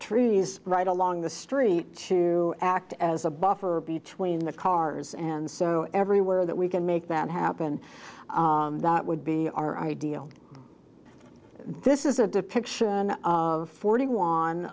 trees right along the street to act as a buffer between the cars and so everywhere that we can make that happen that would be our ideal this is a depiction of forty one